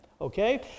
Okay